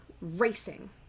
racing